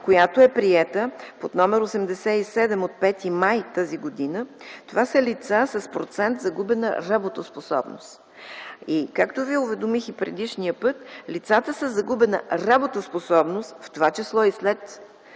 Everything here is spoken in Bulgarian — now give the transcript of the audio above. която е приета под № 87, от 5 май, тази година – това са лица с процент загубена работоспособност. Както Ви уведомих и предишния път, лицата със загубена работоспособност, в това число и след